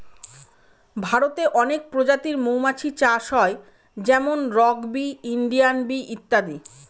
ভারতে অনেক প্রজাতির মৌমাছি চাষ হয় যেমন রক বি, ইন্ডিয়ান বি ইত্যাদি